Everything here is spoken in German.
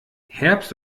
herbst